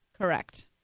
Correct